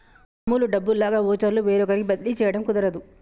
మామూలు డబ్బుల్లాగా వోచర్లు వేరొకరికి బదిలీ చేయడం కుదరదు